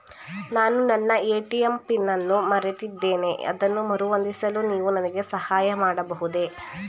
ನಾನು ನನ್ನ ATM pin ಅನ್ನು ಮರೆತಿದ್ದೇನೆ ಅದನ್ನು ಮರುಹೊಂದಿಸಲು ನೀವು ನನಗೆ ಸಹಾಯ ಮಾಡಬಹುದೇ?